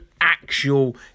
actual